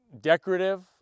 decorative